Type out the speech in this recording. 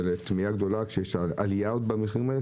ולתמיהה גדולה כשיש עוד עלייה במחירים האלה,